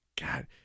God